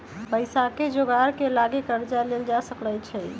पइसाके जोगार के लागी कर्जा लेल जा सकइ छै